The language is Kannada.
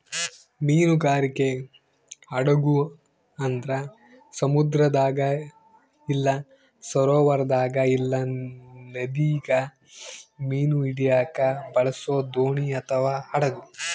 ಮೀನುಗಾರಿಕೆ ಹಡಗು ಅಂದ್ರ ಸಮುದ್ರದಾಗ ಇಲ್ಲ ಸರೋವರದಾಗ ಇಲ್ಲ ನದಿಗ ಮೀನು ಹಿಡಿಯಕ ಬಳಸೊ ದೋಣಿ ಅಥವಾ ಹಡಗು